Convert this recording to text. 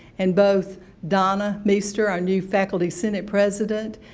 and both donna meester, our new faculty senate president,